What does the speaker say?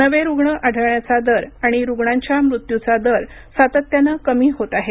नवे रुग्ण आढळण्याचा दर आणि रुग्णांच्या मृत्यूचा दर सातत्यानं कमी होत आहे